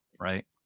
right